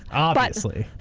obviously.